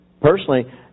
Personally